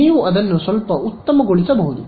ನೀವು ಅದನ್ನು ಸ್ವಲ್ಪ ಉತ್ತಮಗೊಳಿಸಬಹುದು